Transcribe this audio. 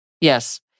Yes